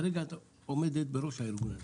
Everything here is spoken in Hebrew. כרגע את עומדת בראש הארגון הזה.